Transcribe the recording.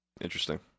interesting